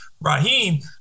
Raheem